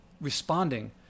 responding